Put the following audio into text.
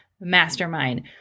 Mastermind